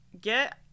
get